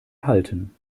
halten